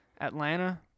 Atlanta